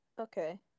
Okay